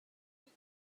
dih